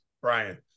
Brian